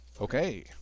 Okay